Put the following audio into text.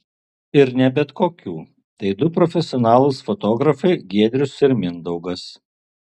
ir ne bet kokių tai du profesionalūs fotografai giedrius ir mindaugas